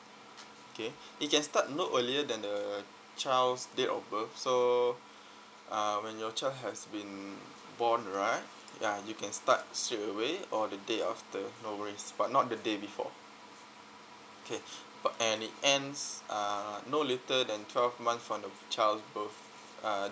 okay it can start no earlier than the child's date of birth so uh when your child has been born right ya you can start straight away or the day after no worries but not the day before okay b~ and it ends uh no later than twelve month from the child's birth uh